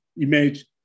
image